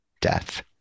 death